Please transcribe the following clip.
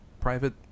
private